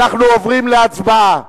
אנחנו עוברים להצבעה.